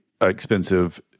expensive